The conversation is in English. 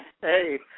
Hey